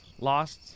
lost